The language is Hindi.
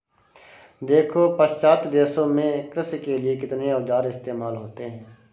देखो पाश्चात्य देशों में कृषि के लिए कितने औजार इस्तेमाल होते हैं